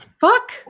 Fuck